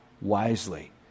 wisely